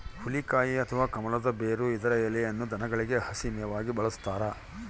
ಹುಲಿಕಾಯಿ ಅಥವಾ ಕಮಲದ ಬೇರು ಇದರ ಎಲೆಯನ್ನು ದನಗಳಿಗೆ ಹಸಿ ಮೇವಾಗಿ ಬಳಸ್ತಾರ